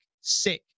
sick